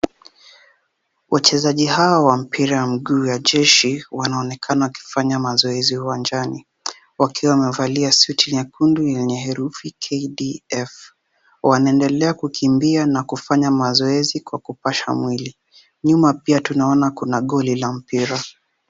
Wachezaji hawa wa mpira wa mguu wa jeshi wanaonekana wakifanya mazoezi uwanjani wakiwa wamevalia suti nyekundu yenye herufi KDF, wanaendelea kukimbia na kufanya mazoezi kwa kupasa mwili, nyuma pia tunaona pia kuna goli la mpira.